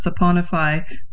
saponify